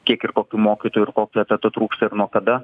kiek ir kokių mokytojų ir kotleto atitrūksta ir nuo kada